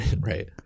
right